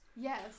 Yes